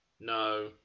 no